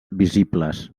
visibles